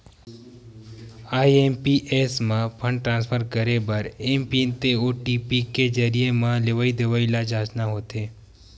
IMPS म fund transfer करे बर एमपिन ते ओ.टी.पी के जरिए म लेवइ देवइ ल जांचना होथे